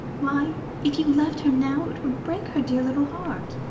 why, if you left her now, it would break her dear little heart.